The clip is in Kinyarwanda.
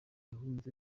yahunze